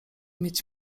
mieć